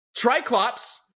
Triclops